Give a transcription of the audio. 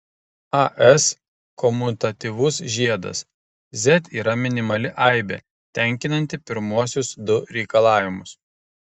as komutatyvus žiedas z yra minimali aibė tenkinanti pirmuosius du reikalavimus